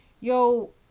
Yo